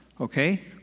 Okay